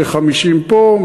זה 50 פה,